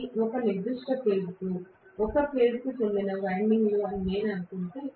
ఇవి ఒక నిర్దిష్ట ఫేజ్ ఒక ఫేజ్ కు చెందిన వైండింగ్లు అని నేను అనుకుంటే